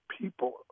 people